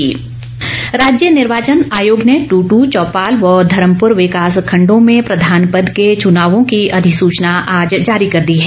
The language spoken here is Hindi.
अधिसूचना राज्य निर्वाचन आयोग ने टुटू चौपाल व धर्मपुर विकास खंडों में प्रधान पद के चुनावों की अधिसूचना आज जारी कर दी है